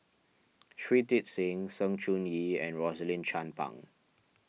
Shui Tit Sing Sng Choon Yee and Rosaline Chan Pang